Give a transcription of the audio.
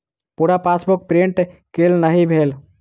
पूरा passbook print केल नहि भेल